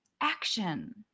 action